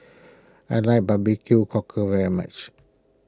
I like Barbecue Cockle very much